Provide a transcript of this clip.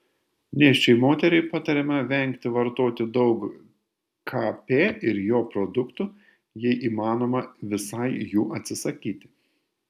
nėščiai moteriai patariama vengti vartoti daug kp ir jo produktų jei įmanoma visai jų atsisakyti